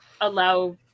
allow